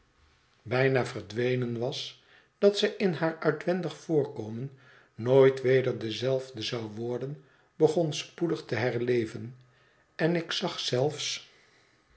bijna verdwenen was dat zij in haar uitwendig voorkomen nooit weder dezelfde zou worden begon spoedig te herleven en ik zag zelfs